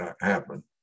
happen